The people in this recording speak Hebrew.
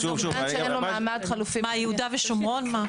מה, יהודה ושומרון?